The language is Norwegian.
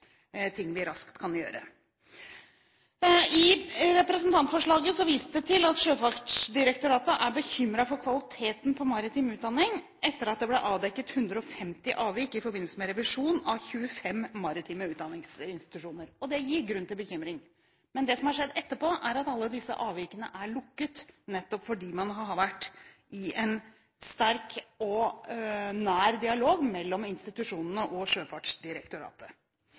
ting vi raskt kan gjøre. I representantforslaget vises det til at Sjøfartsdirektoratet er bekymret for kvaliteten på maritim utdanning, etter at det ble avdekket 150 avvik i forbindelse med revisjon av 25 maritime utdanningsinstitusjoner. Det gir grunn til bekymring. Men det som har skjedd etterpå, er at alle disse avvikene er lukket, nettopp fordi man har vært i en sterk og nær dialog mellom institusjonene og Sjøfartsdirektoratet.